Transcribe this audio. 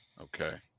Okay